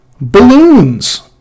balloons